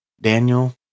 Daniel